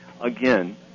Again